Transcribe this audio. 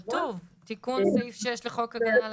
כתוב, תיקון סעיף 6 לחוק הגנה לציבור.